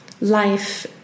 life